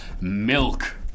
Milk